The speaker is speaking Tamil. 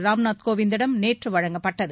ராம் நாத் கோவிந்திடம் நேற்று வழங்கப்பட்டது